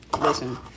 listen